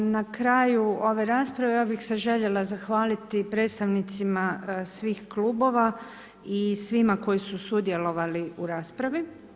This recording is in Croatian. Na kraju ove rasprave, ja bih se željela zahvaliti predstavnicima svih klubova i svima koji su sudjelovali u raspravi.